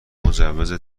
مجوز